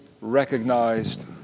recognized